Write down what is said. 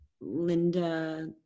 Linda